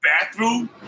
bathroom